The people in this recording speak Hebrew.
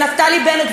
נפתלי בנט,